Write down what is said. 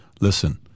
listen